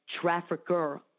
trafficker